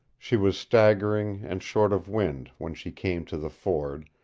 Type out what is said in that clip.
she was staggering, and short of wind, when she came to the ford,